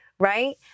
right